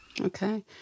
Okay